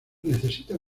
necesitan